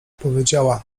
powiedziała